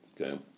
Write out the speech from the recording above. okay